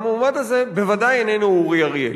המועמד הזה בוודאי איננו אורי אריאל.